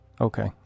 Okay